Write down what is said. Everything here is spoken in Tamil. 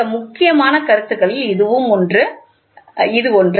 மிக முக்கியமான கருத்துக்களில் இது ஒன்று இது ஒன்று